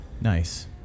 Nice